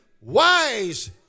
wise